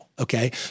Okay